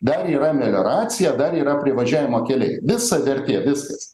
dar yra melioracija dar yra privažiavimo keliai visa vertė viskas